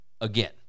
again